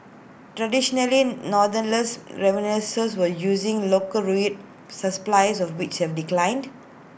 traditionally northeastern refineries were using local read of which have declined